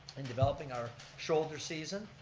and developing our shoulder season.